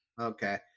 okay